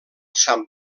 sant